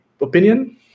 opinion